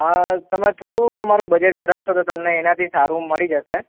હાં તમે થોડું તમારું બજેટ વધારશો તો તમને એનાથી સારું મળી જશે